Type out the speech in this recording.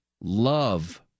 love